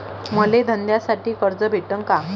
मले धंद्यासाठी कर्ज भेटन का?